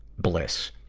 bliss.